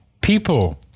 People